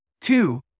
two